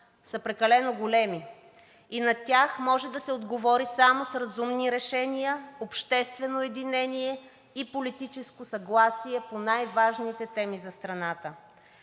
са прекалено големи и на тях може да се отговори само с разумни решения, обществено единение и политическо съгласие по най важните теми за страната.